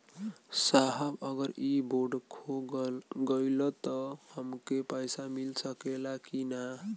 साहब अगर इ बोडखो गईलतऽ हमके पैसा मिल सकेला की ना?